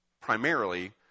primarily